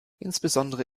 insbesondere